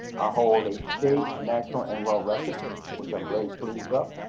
hold a state, national, and world records which i'm very pleased of.